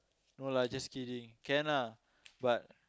no lah just kidding can lah